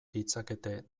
ditzakete